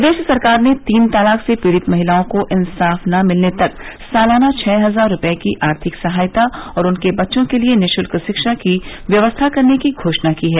प्रदेश सरकार ने तीन तलाक से पीड़ित महिलाओं को इंसाफ न मिलने तक सालाना छह हजार रूपये की आर्थिक सहायता और उनके बच्चों के लिये निःशुल्क शिक्षा की व्यवस्था करने की घोषणा की है